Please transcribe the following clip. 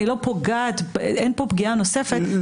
אין פה פגיעה נוספת,